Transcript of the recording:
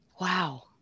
Wow